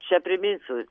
čia priminsiu